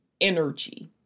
energy